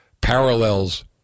parallels